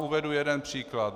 Uvedu vám jeden příklad.